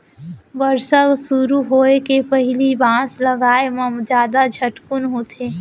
बरसा सुरू होए के पहिली बांस लगाए म जादा झटकुन होथे